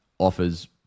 offers